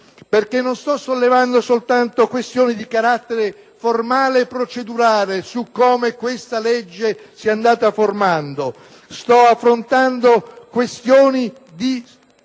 perché non sto solo sollevando questioni di carattere formale e procedurale su come questa legge si è andata formando, quanto piuttosto questioni di